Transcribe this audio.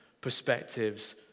perspectives